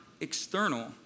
external